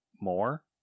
more